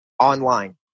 online